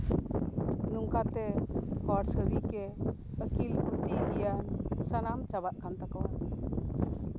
ᱱᱚᱝᱠᱟ ᱛᱮ ᱦᱚᱲ ᱥᱟᱹᱨᱤᱜᱮ ᱟᱹᱠᱤᱞ ᱵᱩᱫᱽᱫᱷᱤ ᱜᱮᱭᱟᱱ ᱥᱟᱱᱟᱢ ᱪᱟᱵᱟᱜ ᱠᱟᱱ ᱛᱟᱠᱚᱣᱟ